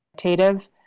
quantitative